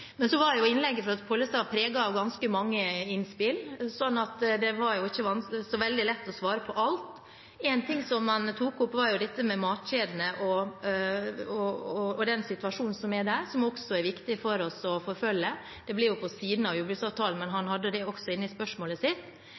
Innlegget fra Pollestad var preget av ganske mange innspill, slik at det var ikke så veldig lett å svare på alt. Én ting som han tok opp, var jo situasjonen med matkjedene, som det også er viktig for oss å forfølge. Det blir på siden av jordbruksavtalen, men han hadde det også i spørsmålet sitt.